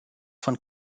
von